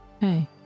Hey